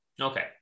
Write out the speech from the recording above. Okay